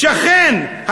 שכן,